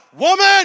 woman